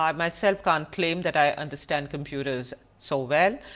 um myself can't claim that i understand computers so well.